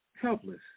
Helpless